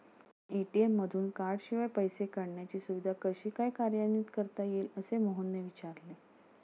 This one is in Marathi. ए.टी.एम मधून कार्डशिवाय पैसे काढण्याची सुविधा कशी काय कार्यान्वित करता येईल, असे मोहनने विचारले